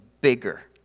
bigger